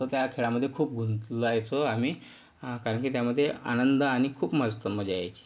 तर त्या खेळामध्ये खूप गुंतायचो आम्ही कारण की त्यामध्ये आनंद आणि खूप मस्त मजा यायची